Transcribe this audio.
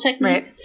Right